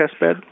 testbed